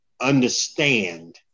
understand